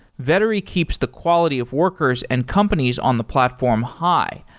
vettery keeps the quality of workers and companies on the platform high,